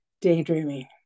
daydreaming